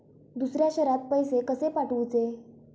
दुसऱ्या शहरात पैसे कसे पाठवूचे?